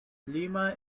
lima